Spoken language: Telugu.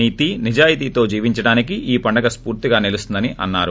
నీతి నిజాయతీతో జీవించడానికి ఈ పండగ ోస్ఫూర్తిగా నిలుస్తుందని అన్నారు